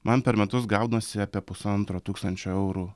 man per metus gaunasi apie pusantro tūkstančio eurų